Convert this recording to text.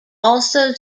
also